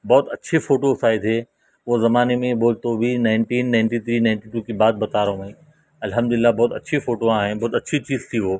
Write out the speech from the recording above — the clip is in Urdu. بہت اچھے فوٹوز آئے تھے وہ زمانے میں بول تو ابھی nineteen ninety three ninety two کی بات بتا رہا ہوں میں الحمد للّٰہ بہت اچّھی فوٹو آئے ہیں بہت اچّھی چیز تھی وہ